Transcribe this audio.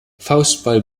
faustball